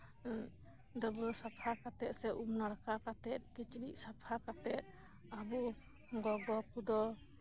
ᱰᱟᱵᱨᱟᱹ ᱥᱟᱯᱷᱟ ᱠᱟᱛᱮᱫ ᱥᱮ ᱩᱢ ᱱᱟᱲᱠᱟ ᱠᱟᱛᱮᱫ ᱠᱤᱪᱨᱤᱪ ᱥᱟᱯᱷᱟ ᱠᱟᱛᱮᱫ ᱟᱵᱚ ᱜᱚᱜᱚ ᱠᱚᱫᱚ